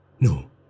No